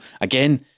again